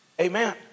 amen